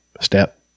step